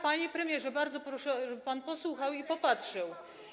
Panie premierze, bardzo proszę, żeby pan posłuchał i popatrzył.